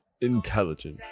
intelligent